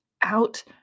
out